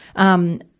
um,